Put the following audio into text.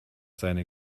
seine